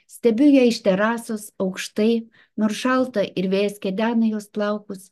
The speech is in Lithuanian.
stebiu ją iš terasos aukštai nors šalta ir vėjas kedena jos plaukus